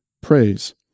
praise